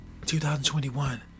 2021